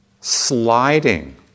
sliding